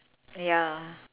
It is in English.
ya